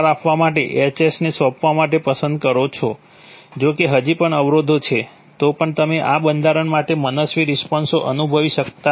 જો કે હજી પણ અવરોધો છે તો પણ તમે આ બંધારણ માટે મનસ્વી રિસ્પોન્સો અનુભવી શકતા નથી